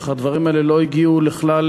אך הדברים האלה לא הגיעו לכלל